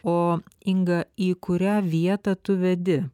o inga į kurią vietą tu vedi